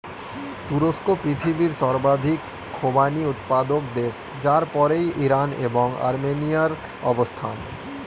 তুরস্ক পৃথিবীর সর্বাধিক খোবানি উৎপাদক দেশ যার পরেই ইরান এবং আর্মেনিয়ার অবস্থান